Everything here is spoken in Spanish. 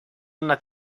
una